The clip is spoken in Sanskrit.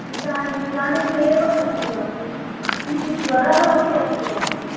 इदानीम् इदानीमेव अस्ति डोक्टर् किञ्चित् ज्वरः अपि अस्ति डोक्टर्